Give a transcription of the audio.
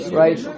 right